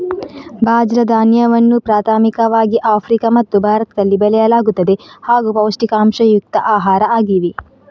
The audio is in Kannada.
ಬಾಜ್ರ ಧಾನ್ಯವನ್ನು ಪ್ರಾಥಮಿಕವಾಗಿ ಆಫ್ರಿಕಾ ಮತ್ತು ಭಾರತದಲ್ಲಿ ಬೆಳೆಯಲಾಗುತ್ತದೆ ಹಾಗೂ ಪೌಷ್ಟಿಕಾಂಶಯುಕ್ತ ಆಹಾರ ಆಗಿವೆ